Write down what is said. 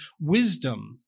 wisdom